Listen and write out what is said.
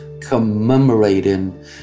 commemorating